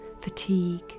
fatigue